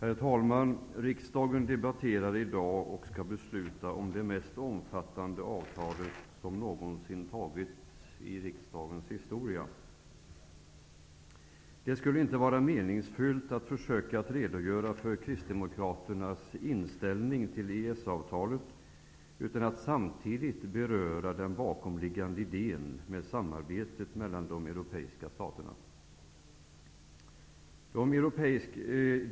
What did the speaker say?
Herr talman! Riksdagen debatterar i dag och skall besluta om det mest omfattande avtal som någonsin träffats i riksdagens historia. Det skulle inte vara meningsfullt att försöka redogöra för Kristdemokraternas inställning till EES-avtalet utan att samtidigt beröra den bakomliggande idén med samarbetet mellan de europeiska staterna.